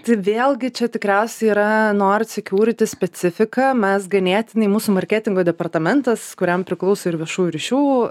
tai vėlgi čia tikriausiai yra nord security specifika mes ganėtinai mūsų marketingo departamentas kuriam priklauso ir viešųjų ryšių